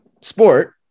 sport